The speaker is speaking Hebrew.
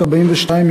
בת 42,